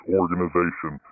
organization